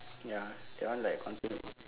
ya that one like contaminate